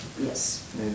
Yes